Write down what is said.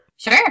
Sure